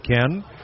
Ken